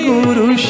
Guru